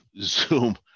Zoom